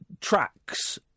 tracks